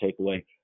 takeaway